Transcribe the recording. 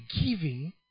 giving